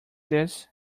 this